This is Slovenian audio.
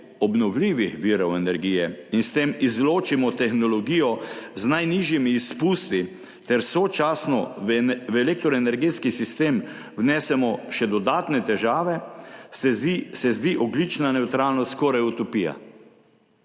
obnovljivih virov energije in s tem izločimo tehnologijo z najnižjimi izpusti ter sočasno v elektroenergetski sistem vnesemo še dodatne težave, se zdi ogljična nevtralnost skoraj utopija.